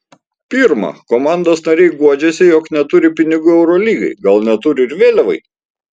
pirma komandos nariai guodžiasi jog neturi pinigų eurolygai gal neturi ir vėliavai